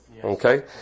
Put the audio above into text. Okay